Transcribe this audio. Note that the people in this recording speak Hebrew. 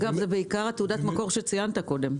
אגב, זה בעיקר תעודת המקור שציינת קודם.